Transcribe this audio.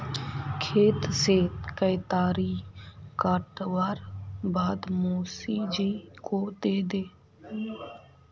खेत से केतारी काटवार बाद मोसी जी को दे दे